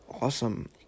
awesome